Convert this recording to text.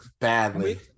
badly